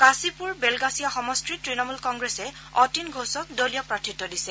কাশীপুৰ বেলগাছিয়া সমষ্টিত ত্ণমূল কংগ্ৰেছে অতীন ঘোষক দলীয় প্ৰাৰ্থীত্ব দিছে